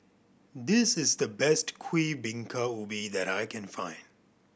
this is the best Kuih Bingka Ubi that I can find